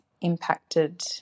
impacted